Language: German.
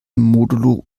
modulo